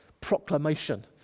proclamation